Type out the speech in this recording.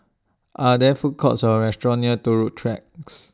Are There Food Courts Or restaurants near Turut Tracks